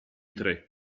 tre